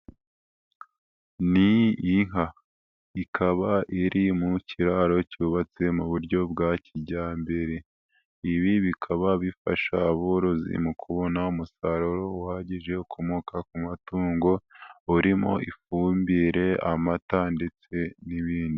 Ni nka, ikaba iri mu kiraro cyubatse mu buryo bwa kijyambere. Ibi bikaba bifasha aborozi mu kubona umusaruro uhagije ukomoka ku matungo urimo ifumbire, amata ndetse n'ibindi.